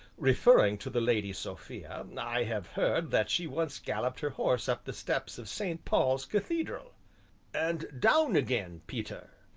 referring to the lady sophia, i have heard that she once galloped her horse up the steps of st. paul's cathedral and down again, peter,